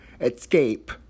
Escape